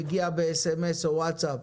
מגיע בסמ"ס או בווטסאפ